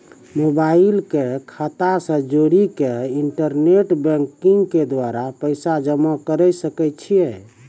Mobile के खाता से जोड़ी के इंटरनेट बैंकिंग के द्वारा पैसा जमा करे सकय छियै?